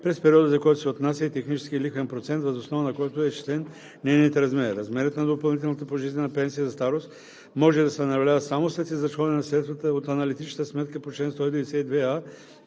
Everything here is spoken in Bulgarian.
през периода, за който се отнася и техническият лихвен процент, въз основа на който е изчислен нейният размер. Размерът на допълнителната пожизнена пенсия за старост може да се намалява само след изразходване на средствата от аналитичната сметка по чл. 192а,